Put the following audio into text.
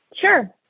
sure